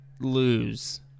lose